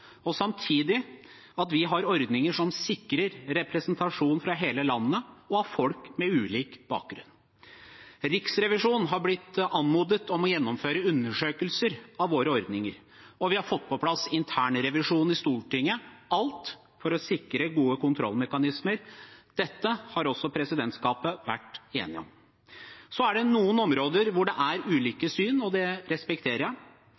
og samtidig at vi har ordninger som sikrer representasjon fra hele landet, og av folk med ulik bakgrunn. Riksrevisjonen har blitt anmodet om å gjennomføre undersøkelser av våre ordninger, og vi har fått på plass en internrevisjon i Stortinget – alt for å sikre gode kontrollmekanismer. Dette har også presidentskapet vært enige om. Så er det noen områder hvor det er ulike syn, og det respekterer jeg.